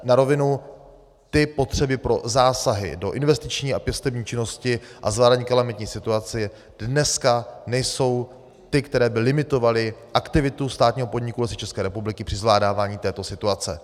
Na rovinu, potřeby pro zásahy do investiční a pěstební činnosti a zvládání kalamitní situace dneska nejsou ty, které by limitovaly aktivitu státního podniku Lesy České republiky při zvládání této situace.